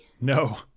No